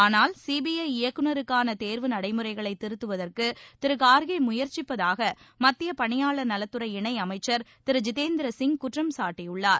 ஆனால் சிபிஐ இயக்குநருக்கான தேர்வு நடைமுறைகளை திருத்துவதற்கு திரு கார்கே முயற்சிப்பதாக மத்திய பணியாளர் நலத்துறை இணையமைச்சர் திரு ஜிதேந்திர சிங் குற்றம் சாட்டியுள்ளார்